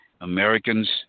Americans